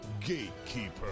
Gatekeeper